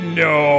no